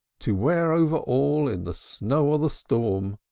to wear over all in the snow or the storm.